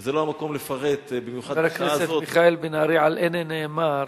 וזה לא המקום לפרט, במיוחד בשעה הזאת,